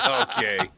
Okay